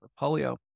polio